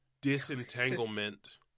disentanglement